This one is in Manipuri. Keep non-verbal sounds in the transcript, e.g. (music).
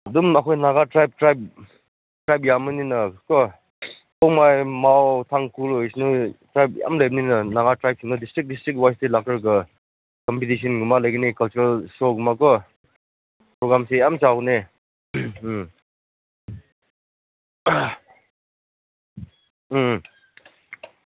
ꯑꯗꯨꯝ ꯑꯩꯈꯣꯏ ꯅꯒꯥ ꯇ꯭ꯔꯥꯏꯕ ꯇ꯭ꯔꯥꯏꯕ ꯇ꯭ꯔꯥꯏꯕ ꯌꯥꯝꯕꯅꯤꯅꯀꯣ (unintelligible) ꯃꯥꯎ ꯇꯥꯡꯈꯨꯜ ꯑꯣꯏꯁꯅꯨ ꯇ꯭ꯔꯥꯏꯕ ꯌꯥꯝ ꯂꯩꯕꯅꯤꯅ ꯅꯒꯥ ꯇ꯭ꯔꯥꯏꯕꯁꯤꯡꯅ ꯗꯤꯁꯇ꯭ꯔꯤꯛ ꯋꯥꯏꯁꯇꯒꯤ ꯂꯥꯛꯈ꯭ꯔꯒ ꯀꯝꯄꯤꯇꯤꯁꯟꯒꯨꯝꯕ ꯂꯩꯒꯅꯤ ꯀꯜꯆꯔꯦꯜ ꯁꯣ ꯒꯨꯝꯕꯀꯣ ꯄ꯭ꯔꯣꯒ꯭ꯔꯥꯝꯁꯦ ꯌꯥꯝ ꯆꯥꯎꯕꯅꯦ